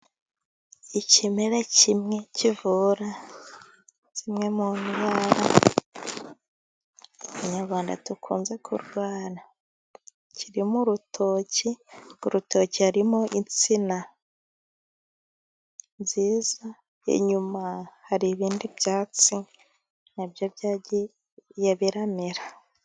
Ikimera kimwe kivura zimwe mu ndwara Abanyarwanda dukunze kurwara, kiri mu rutoki, urwo rutoki harimo insina nziza, inyuma hari ibindi byatsi na byo byagiye biramera.